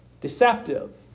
deceptive